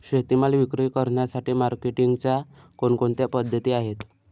शेतीमाल विक्री करण्यासाठी मार्केटिंगच्या कोणकोणत्या पद्धती आहेत?